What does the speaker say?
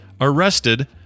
arrested